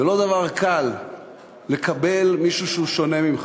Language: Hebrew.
זה לא דבר קל לקבל מישהו שהוא שונה ממך.